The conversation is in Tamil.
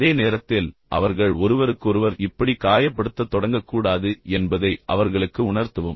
அதே நேரத்தில் அவர்கள் ஒருவருக்கொருவர் இப்படி காயப்படுத்தத் தொடங்கக்கூடாது என்பதை அவர்களுக்கு உணர்த்தவும்